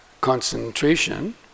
concentration